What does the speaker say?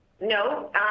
No